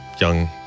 young